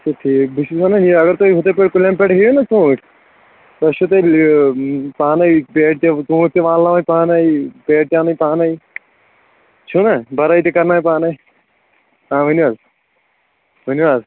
اچھا ٹھیٖک بہٕ چُھس ونان یہِ اگر تُہۍ ہُتھٕے پٲٹھۍ کُلٮ۪ن پیٹھ ہیٚیو نا ژوٗنٹھۍ تۄہہِ چھ تیلٚہِ یہِ پانے پیٹہ تہِ ژوٗنٹھۍ تہِ والہٕ ناوٕنۍ پانے پیٹہِ تہِ اَنٕنۍ پانے چھُنا بَرٲے تہِ کَرناوٕنۍ پانے آ ؤنو حظ ؤنِو حظ